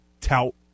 tout